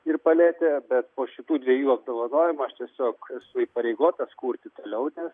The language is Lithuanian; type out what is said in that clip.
ir paletę bet po šitų dviejų apdovanojimų aš tiesiog esu įpareigotas kurti toliau nes